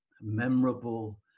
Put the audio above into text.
memorable